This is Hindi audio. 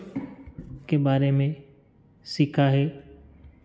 के बारे में सीखा है